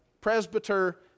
presbyter